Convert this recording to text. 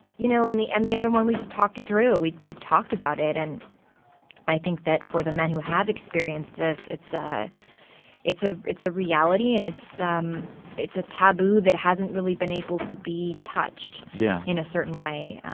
you know, in the and the other one, we just talked it through. we we talked about it. and i think that, for the men who have experienced this, it's ah it's ah it's a reality, and it's um it's a taboo that hasn't really been able to be touched. yeah. in a certain way.